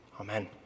Amen